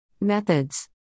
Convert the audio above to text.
Methods